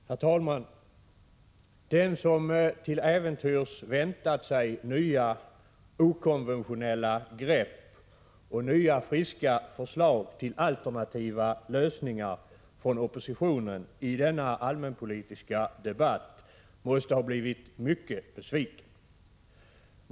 Herr talman! Den som till äventyrs väntat sig nya okonventionella grepp och nya friska förslag till alternativa lösningar från oppositionen i denna allmänpolitiska debatt måste ha blivit mycket besviken.